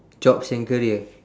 jobs and career